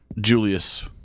Julius